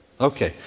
okay